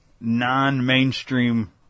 non-mainstream